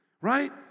Right